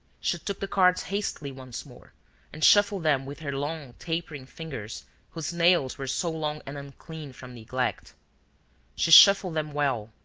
she took the cards hastily once more and shuffled them with her long tapering fingers whose nails were so long and unclean from neglect she shuffled them well,